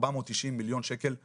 490 מיליון שקל לחודש.